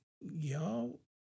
y'all